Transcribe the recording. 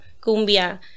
cumbia